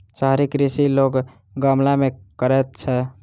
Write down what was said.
शहरी कृषि लोक गमला मे करैत छै